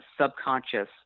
subconscious